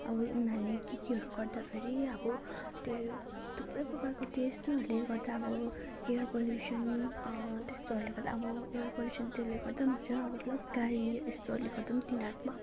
अब उनीहरूले के के गर्दाखेरि अब त्यो थुप्रै प्रकारको त्यस्तोहरूले गर्दा अब एयर पल्युसन त्यस्तोहरूले गर्दा अब एयर पल्युसन त्यसले गर्दाखेरि नि हुन्छ प्लस गाडी यस्तोहरूले गर्दा पनि तिनीहरूमा